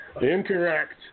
Incorrect